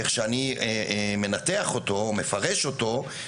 איך שאני מפרש אותו,